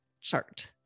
chart